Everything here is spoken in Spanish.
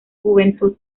juventud